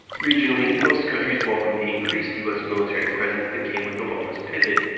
regionally, most countries welcome the increased u s. military presence that came with obama's pivot,